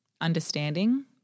understanding